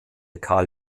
carl